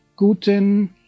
Guten